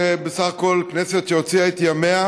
בסך הכול כנסת שהוציאה את ימיה,